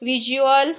visual